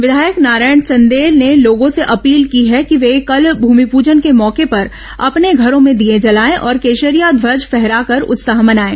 विधायक नारायण चंदेल ने लोगों से अपील की है कि वे कल भूमिपूजन के मौके पर अपने घरों में दीये जलाएं और केशरिया ध्वज फहराकर उत्सव मनाएं